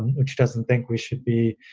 which doesn't think we should be,